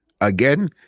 Again